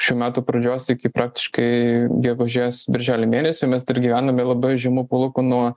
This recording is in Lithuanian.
šių metų pradžios iki praktiškai gegužės birželio mėnesio mes gyvename labai žemų palūkanų